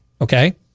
okay